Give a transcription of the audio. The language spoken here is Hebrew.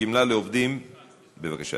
גמלה לעובדים בעסק בהליכי הבראה) בבקשה,